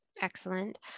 Excellent